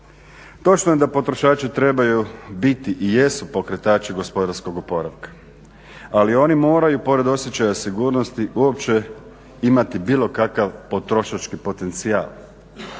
Točno je da potrošači trebaju biti i jesu pokretači gospodarskog oporavka. Ali oni moraju pored osjećaja sigurnosti uopće imati bilo kakav potrošački potencijal,